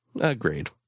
Agreed